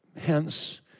hence